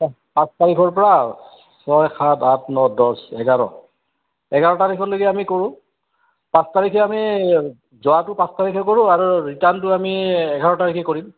অ পাঁচ তাৰিখৰ পৰা ছয় সাত আঠ ন দছ এঘাৰ এঘাৰ তাৰিখলৈকে আমি কৰোঁ পাঁচ তাৰিখে আমি যোৱাটো পাঁচ তাৰিখে কৰোঁ আৰু ৰিটাৰ্ণটো আমি এঘাৰ তাৰিখে কৰিম